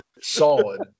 solid